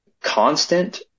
Constant